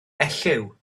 elliw